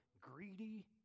greedy